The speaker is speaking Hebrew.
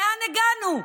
לאן הגענו,